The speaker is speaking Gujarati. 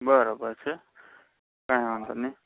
બરાબર છે કંઈ વાંધો નહીં